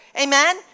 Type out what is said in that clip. Amen